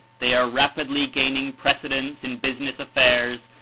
they are rapidly gaining precedence in business affairs,